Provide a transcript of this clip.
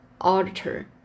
auditor